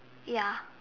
ya